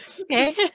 okay